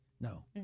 No